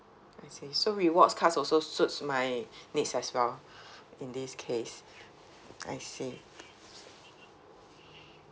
I see so rewards cards also suits my needs as well in this case I see